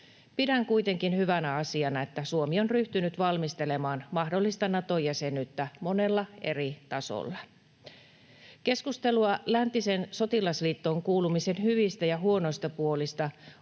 Pidän kuitenkin hyvänä asiana, että Suomi on ryhtynyt valmistelemaan mahdollista Nato-jäsenyyttä monella eri tasolla. Keskustelua läntiseen sotilasliittoon kuulumisen hyvistä ja huonoista puolista